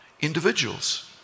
individuals